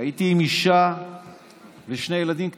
הייתי עם אישה ושני ילדים קטנים.